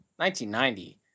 1990